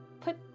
put